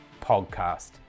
podcast